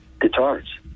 guitars